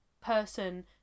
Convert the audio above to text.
person